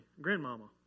grandmama